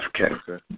Okay